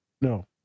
No